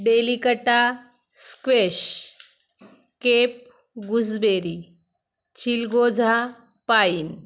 delicata squash cape gooseberry chilgoza pine